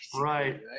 Right